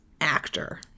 actor